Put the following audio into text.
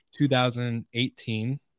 2018